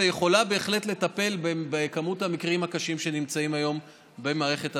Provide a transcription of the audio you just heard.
ויכולה בהחלט לטפל במספר של המקרים הקשים שנמצאים היום במערכת הבריאות.